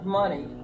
money